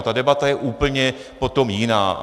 Ta debata je úplně potom jiná.